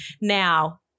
Now